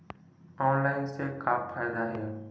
Online से का फ़ायदा हे?